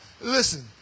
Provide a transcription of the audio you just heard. Listen